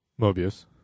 Mobius